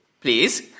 Please